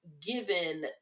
given